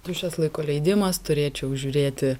tuščias laiko leidimas turėčiau žiūrėti